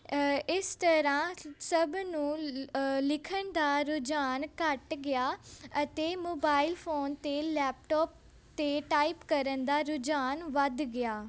ਇਸ ਤਰ੍ਹਾਂ ਸਭ ਨੂੰ ਅ ਲਿਖਣ ਦਾ ਰੁਝਾਨ ਘੱਟ ਗਿਆ ਅਤੇ ਮੋਬਾਇਲ ਫੋਨ ਅਤੇ ਲੈਪਟੋਪ 'ਤੇ ਟਾਈਪ ਕਰਨ ਦਾ ਰੁਝਾਨ ਵੱਧ ਗਿਆ